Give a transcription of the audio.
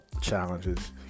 challenges